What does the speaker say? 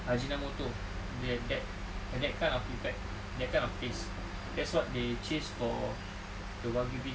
ajinomoto dia that that kind of effect that kind of taste that's what they chase for the wagyu beef